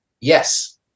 Yes